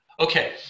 Okay